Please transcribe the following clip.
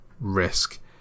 risk